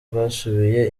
bwasubiye